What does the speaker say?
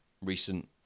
recent